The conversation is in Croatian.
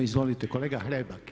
Izvolite, kolega Hrebak.